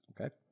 okay